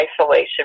Isolation